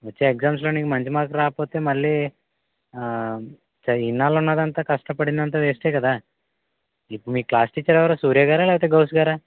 వచ్చే ఎగ్జామ్స్లో నీకు మంచి మార్క్స్ రాకపోతే మళ్ళీ ఆ ఇన్నాళ్ళు ఉన్నదంతా కష్ట పడింది అంతా వేస్టే కదా ఇప్పుడు మీ క్లాస్ టీచర్ ఎవరు సూర్య గారా లేకపోతే గౌస్ గారా